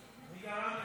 מי גרם לכך?